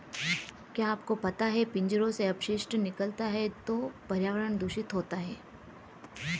क्या आपको पता है पिंजरों से अपशिष्ट निकलता है तो पर्यावरण दूषित होता है?